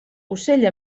ocell